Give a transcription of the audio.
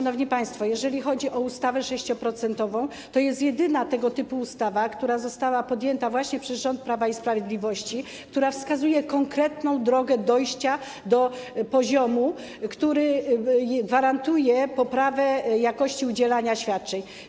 Natomiast jeżeli chodzi o ustawę 6-procentową, to jest to jedyna tego typu ustawa podjęta właśnie przez rząd Prawa i Sprawiedliwości, która wskazuje konkretną drogę dojścia do poziomu, który gwarantuje poprawę jakości udzielania świadczeń.